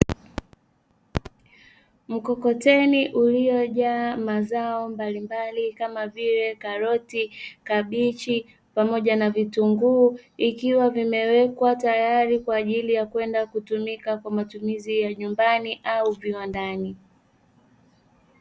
Mkokoteni uliojaa mazao mbalimbali, kama vile; karoti, kabichi pamoja na vitunguu. Ikiwa vimewekwa tayari kwa ajili ya kwenda kutumika kwa matumizi ya nyumbani au viwandani.